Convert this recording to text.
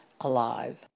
alive